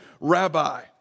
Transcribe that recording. rabbi